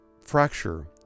fracture